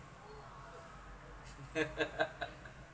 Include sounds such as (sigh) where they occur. (laughs)